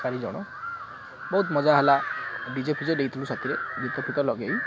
ଚାରିଜଣ ବହୁତ ମଜା ହେଲା ଡି ଜେ ଫିଜେ ନେଇଥିଲୁ ସାଥିରେ ଗୀତ ଫିତ ଲଗେଇ